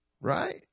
Right